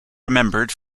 remembered